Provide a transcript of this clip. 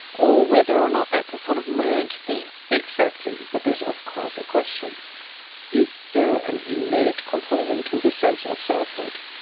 or whether or not that's a sort of learnt thing. exactly, but there is of course a question is there an innate component to the sense of selfhood?